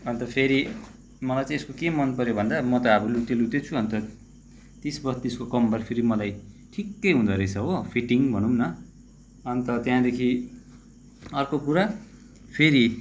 अन्त फेरि मलाई चाहिँ यसको के मनपर्यो भन्दा म त अब लुतेलुते छु अन्त तिस बत्तिसको कम्बर फेरि मलाई ठिक्कै हुँदोरहेछ हो फिटिङ भनौँ न अन्त त्यहाँदेखि अर्को कुरा फेरि